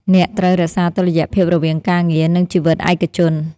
អ្នកត្រូវរក្សាតុល្យភាពរវាងការងារ និងជីវិតឯកជន ។